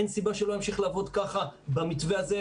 אין סיבה שלא ימשיך לעבוד ככה במתווה הזה.